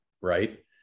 right